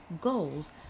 goals